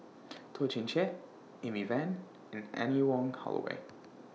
Toh Chin Chye Amy Van and Anne Wong Holloway